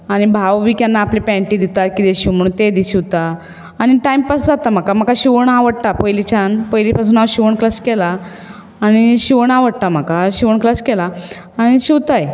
आनी भाव बी केन्ना आपले पॅण्टी दिता कितें शींव म्हुणून ते दी शिंवता आनी टायमपास जाता म्हाका म्हाका शिंवण आवाडटा पयलींच्यान पयलीं पासून हांव शिंवण क्लास केला आनी शिंवण आवडटा म्हाका शिंवण क्लास केला आनी शिंवताय